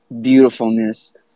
beautifulness